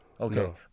Okay